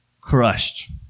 crushed